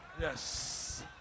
Yes